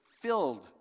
filled